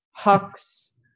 Hux